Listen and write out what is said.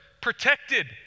protected